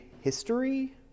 history